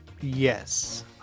Yes